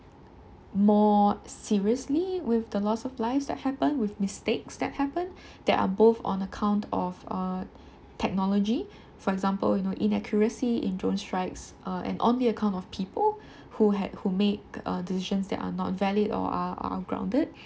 more seriously with the loss of lives that happen with mistakes that happen that are both on account of uh technology for example you know inaccuracy in drone strikes uh and on the account of people who had who made decisions that are not valid or are or are grounded